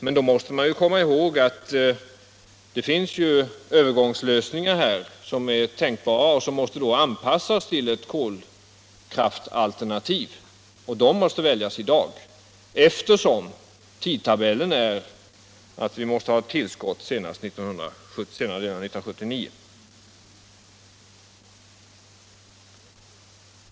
Men man måste komma ihåg att det finns tänkbara övergångslösningar, som måste anpassas till kolkraftsalternativ — och de lösningarna måste väljas i dag, eftersom tidtabellen är sådan att vi måste ha tillskott senast under senare delen av 1979.